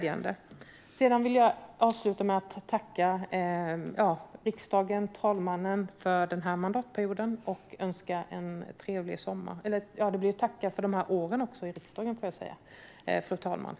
Jag vill avsluta med att tacka riksdagen och talmannen för den här mandatperioden och önska en trevlig sommar. Jag vill också tacka för mina år i riksdagen.